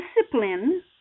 discipline